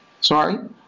Sorry